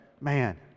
man